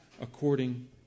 according